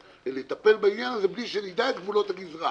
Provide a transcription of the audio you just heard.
לטפל בעניין הזה בלי שנדע את גבולות הגזרה,